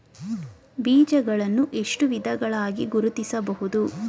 ಬೀಜಗಳನ್ನು ಎಷ್ಟು ವಿಧಗಳಾಗಿ ಗುರುತಿಸಬಹುದು?